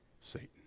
Satan